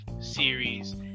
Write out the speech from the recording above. series